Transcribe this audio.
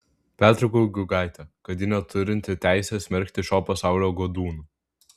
pertraukiau guigaitę kad ji neturinti teisės smerkti šio pasaulio godūnų